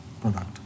product